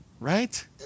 Right